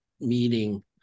meeting